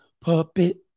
Puppet